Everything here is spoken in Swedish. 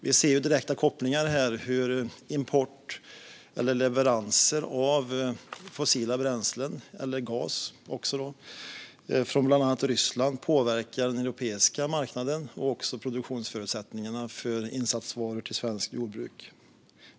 Vi ser direkta kopplingar när det gäller hur import och leveranser av fossila bränslen och gas från bland annat Ryssland påverkar den europeiska marknaden och produktionsförutsättningarna för insatsvaror till svenskt jordbruk.